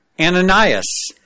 Ananias